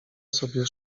sobie